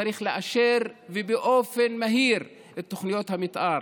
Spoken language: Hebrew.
צריך לאשר את תוכניות המתאר,